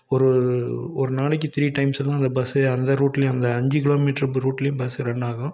ஒரு ஒரு நாளைக்கு த்ரீ டைம்ஸ் தான் அந்த பஸ்ஸே அந்த ரூட்லேயும் அந்த அஞ்சு கிலோமீட்ரு ரூட்லேயும் பஸ்ஸு ரன்னாகும்